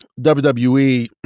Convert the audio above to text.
WWE